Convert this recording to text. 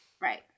right